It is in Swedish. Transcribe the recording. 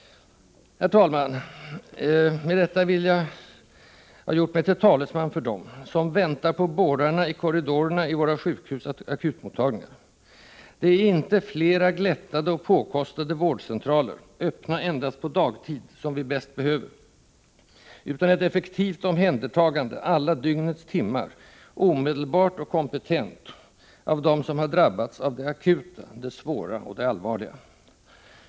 Herr talman! Med detta har jag gjort mig till talesman för dem som väntar på bårarna i korridorerna på våra sjukhus akutmottagningar. Det är inte flera glättade och påkostade vårdcentraler, öppna endast på dagtid, som vi bäst behöver utan ett effektivt omhändertagande, alla dygnets timmar, omedelbart och kompetent, av dem som har drabbats av det akuta, det svåra och det allvarliga.